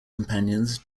companions